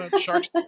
Sharks